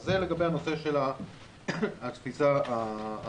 אז זה לגבי הנושא של התפיסה הזאת.